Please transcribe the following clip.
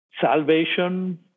salvation